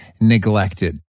neglected